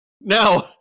Now-